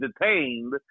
detained